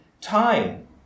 time